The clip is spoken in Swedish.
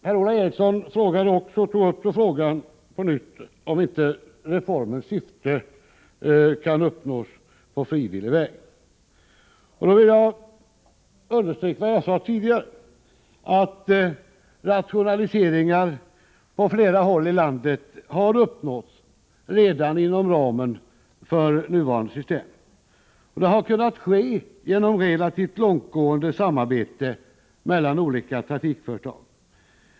Per-Ola Eriksson tog på nytt upp frågan om huruvida reformens syfte kan uppnås på frivillig väg. Jag vill då understryka vad jag sade tidigare, nämligen att rationaliseringar på flera håll i landet redan har uppnåtts inom ramen för nuvarande system. Det har kunnat ske genom relativt långtgående samarbete mellan olika trafikföretag.